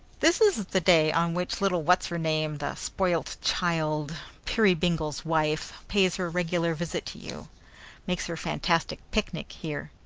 this is the day on which little what's-her-name, the spoilt child, peerybingle's wife, pays her regular visit to you makes her fantastic picnic here,